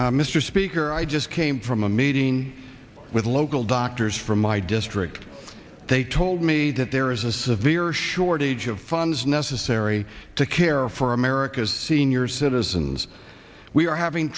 mr speaker i just came from a meeting with local doctors from my district they told me that there is a severe shortage of funds necessary to care for america's seniors citizens we are having